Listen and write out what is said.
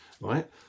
right